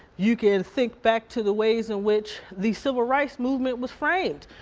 you can think back to the ways in which the civil rights movement was framed.